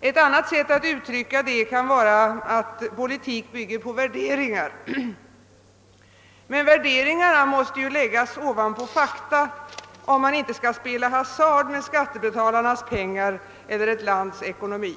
Ett annat sätt att uttrycka det kan vara att politik bygger på värderingar. Men värderingar måste vila på en grund av fakta om man inte skall spela hasard med <skattebetalarnas pengar eller ett lands ekonomi.